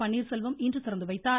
பன்னீர்செல்வம் இன்று திறந்துவைத்தார்